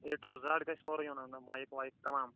A to Z گَژھِ سورُے اَنُن مایِک وایِک تَمام